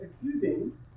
accusing